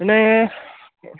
এনেই